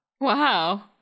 Wow